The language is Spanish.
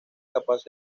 capaces